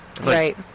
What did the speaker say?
Right